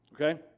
Okay